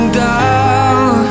down